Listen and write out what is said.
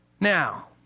Now